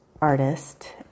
artist